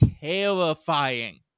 terrifying